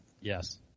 Yes